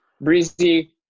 Breezy